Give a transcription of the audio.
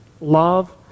love